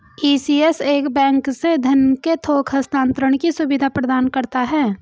ECS एक bank से धन के थोक हस्तांतरण की सुविधा प्रदान करता है